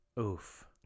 Oof